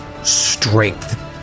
strength